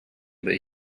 that